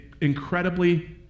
incredibly